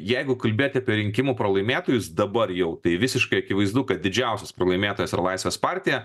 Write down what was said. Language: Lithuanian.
jeigu kalbėt apie rinkimų pralaimėtojus dabar jau tai visiškai akivaizdu kad didžiausias pralaimėtojas yra laisvės partija